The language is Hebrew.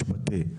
משפטי?